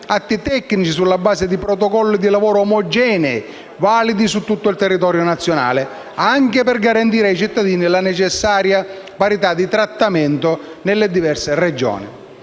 atti tecnici sulla base di protocolli dì lavoro omogenei, validi su tutto il territorio nazionale, anche per garantire ai cittadini la necessaria parità di trattamento nelle diverse Regioni.